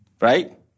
Right